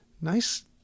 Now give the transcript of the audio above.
nice